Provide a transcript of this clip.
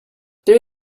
there